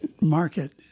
market